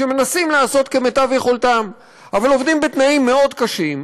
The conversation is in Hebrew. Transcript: שמנסים לעשות כמיטב יכולתם אבל עובדים בתנאים מאוד קשים.